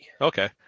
Okay